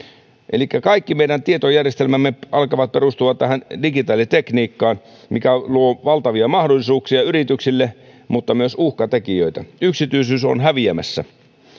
elikkä kaikki meidän tietojärjestelmämme alkavat perustua tähän digitaalitekniikkaan mikä luo valtavia mahdollisuuksia yrityksille mutta myös uhkatekijöitä yksityisyys on häviämässä